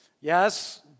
Yes